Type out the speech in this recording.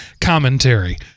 commentary